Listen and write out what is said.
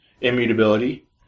immutability